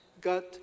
got